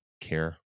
care